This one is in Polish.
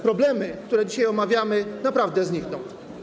Problemy, które dzisiaj omawiamy, naprawdę znikną.